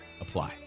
apply